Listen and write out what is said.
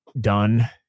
done